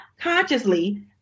consciously